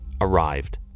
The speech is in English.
arrived